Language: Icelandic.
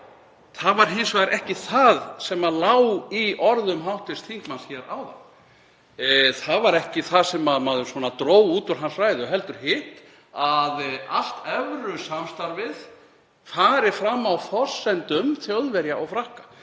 Það var hins vegar ekki það sem lá í orðum hv. þingmanns hér áðan, það var ekki það sem maður dró út úr ræðu hans, heldur hitt að allt evrusamstarfið fari fram á forsendum Þjóðverja og Frakka.